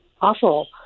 awful